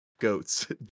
goats